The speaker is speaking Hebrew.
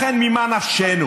לכן, ממה נפשנו?